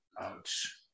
Ouch